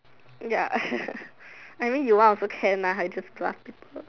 ya I mean you want also can lah I just bluff people